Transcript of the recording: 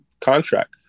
contract